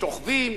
שוכבים,